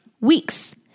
weeks